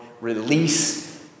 release